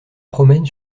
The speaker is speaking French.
promène